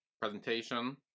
presentation